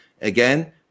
again